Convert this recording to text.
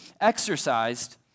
exercised